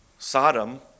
Sodom